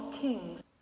kings